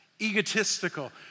egotistical